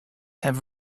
have